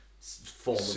form